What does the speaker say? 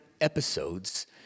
episodes